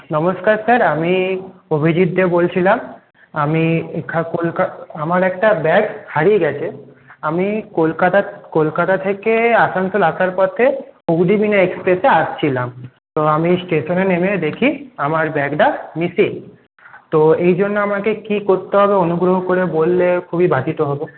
নমস্কার স্যার আমি অভিজিৎ দে বলছিলাম আমি কলকা আমার একটা ব্যাগ হারিয়ে গেছে আমি কলকাতা কলকাতা থেকে আসানসোলে আসার পথে অগ্নিবীনা এক্সপ্রেসে আসছিলাম তো আমি স্টেশনে নেমে দেখি আমার ব্যাগটা মিসিং তো এইজন্য আমাকে কি করতে হবে অনুগ্রহ করে বললে খুবই বাধিত হবো